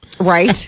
Right